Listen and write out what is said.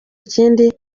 ikindi